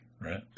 right